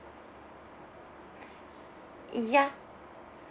mmhmm ya